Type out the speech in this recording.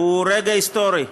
הם רגע היסטורי.